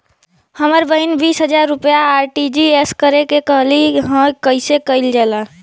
हमर बहिन बीस हजार रुपया आर.टी.जी.एस करे के कहली ह कईसे कईल जाला?